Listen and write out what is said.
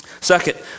Second